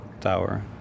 Tower